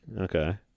okay